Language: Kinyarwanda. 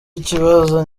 ikibazo